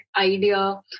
idea